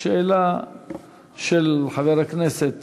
השאלה של חבר הכנסת